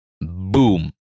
Boom